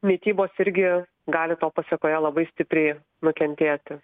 mitybos irgi gali to pasekoje labai stipriai nukentėti